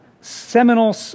seminal